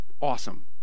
awesome